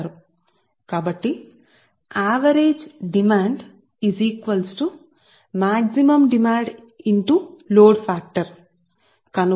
utilisation factor కాబట్టి జవాబుపరిష్కారంగరిష్ట demand 90 మెగావాట్లు దీనికి గరిష్ట డిమాండ్ 90 మెగావాట్ల ఇవ్వబడినది మరియు మీ లోడ్ ఫాక్టర్ 0